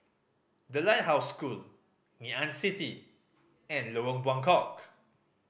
The Lighthouse School Ngee Ann City and Lorong Buangkok